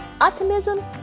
optimism